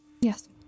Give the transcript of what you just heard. Yes